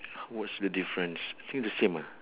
what's the difference I think the same ah